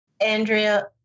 Andrea